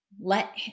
Let